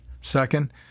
Second